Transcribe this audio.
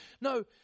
No